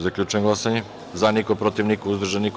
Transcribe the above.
Zaključujem glasanje: za – niko, protiv – niko, uzdržan – niko.